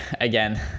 again